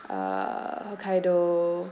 uh hokkaido